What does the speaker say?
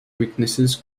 weaknesses